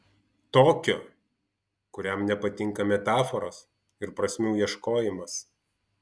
tokio kuriam nepatinka metaforos ir prasmių ieškojimas